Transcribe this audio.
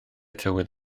tywydd